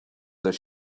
their